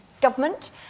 Government